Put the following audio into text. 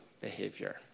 behavior